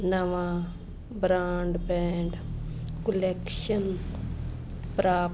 ਨਵਾਂ broadband connection ਪ੍ਰਾਪਤ